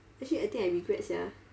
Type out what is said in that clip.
actually I think I regret sia